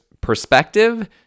perspective